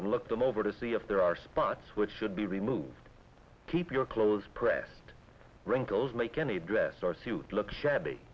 and look them over to see if there are spots which should be removed keep your clothes pressed wrinkles make any dress or suit look shabby